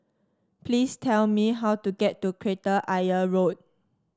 please tell me how to get to Kreta Ayer Road